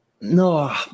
no